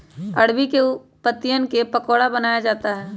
अरबी के पत्तिवन क पकोड़ा बनाया जाता है